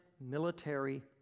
military